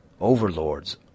overlords